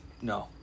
No